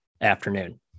afternoon